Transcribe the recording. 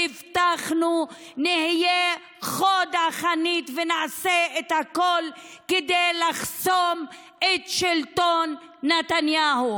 הבטחנו: נהיה חוד החנית ונעשה את הכול כדי לחסום את שלטון נתניהו.